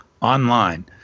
online